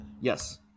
Yes